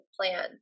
plan